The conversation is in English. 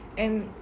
and